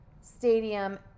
Stadium